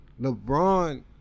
LeBron